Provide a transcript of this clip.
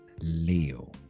Leo